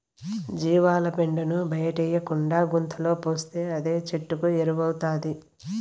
జీవాల పెండను బయటేయకుండా గుంతలో పోస్తే అదే చెట్లకు ఎరువౌతాది